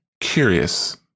curious